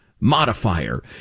modifier